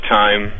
time